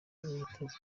imyitozo